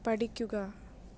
പഠിക്കുക